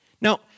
Now